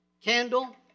candle